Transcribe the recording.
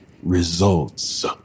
results